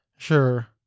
Sure